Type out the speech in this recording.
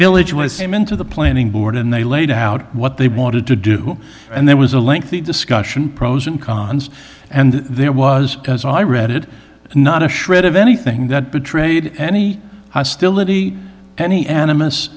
village was him into the planning board and they laid out what they wanted to do and there was a lengthy discussion pros and cons and there was as i read it not a shred of anything that betrayed any hostility any anim